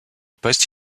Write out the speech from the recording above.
poste